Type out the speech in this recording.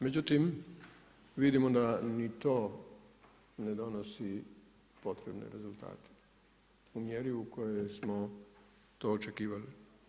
Međutim vidimo da ni to ne donosi potrebne rezultate u mjeri u kojoj smo to očekivali.